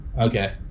Okay